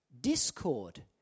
discord